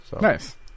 Nice